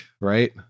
right